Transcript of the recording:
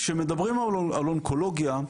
כשמדברים על אונקולוגיה,